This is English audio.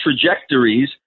trajectories